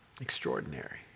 extraordinary